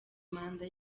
manda